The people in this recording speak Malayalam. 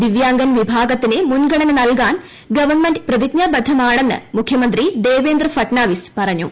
ദിവ്യാംഗൻ വിഭാഗത്തിന് മുൻഗണന നൽകാൻ ഗ്ഗ്വൺക്മന്റ് പ്രതിജ്ഞാബദ്ധമാണെന്ന് മുഖ്യമന്ത്രി ദേവേന്ദ്ര ഫട്നുപ്പൂർസ് പറഞ്ഞു